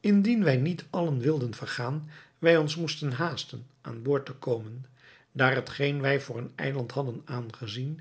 indien wij niet allen wilden vergaan wij ons moesten haasten aan boord te komen daar hetgeen wij voor een eiland hadden aangezien